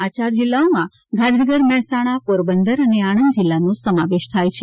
આ ચાર જીલ્લાઓમાં ગાંધીનગર મહેસાણા પોરબંદર અને આણંદ જીલ્લાનો સમાવેશ થાય છે